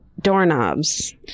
doorknobs